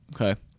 Okay